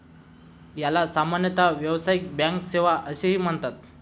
याला सामान्यतः व्यावसायिक बँक सेवा असेही म्हणतात